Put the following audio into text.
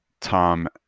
Tom